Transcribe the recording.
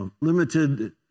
limited